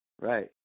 Right